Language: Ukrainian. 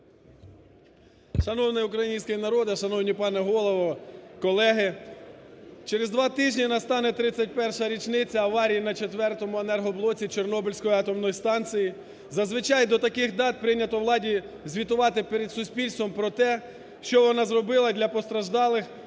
Шановний український народе, шановний пане Голово, колеги! Через два тижні настане 31-а річниця аварії на четвертому енергоблоці Чорнобильської атомної станції. Зазвичай до таких дат прийнято владі звітувати перед суспільством про те, що вона зробила для постраждалих